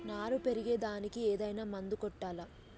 నారు పెరిగే దానికి ఏదైనా మందు కొట్టాలా?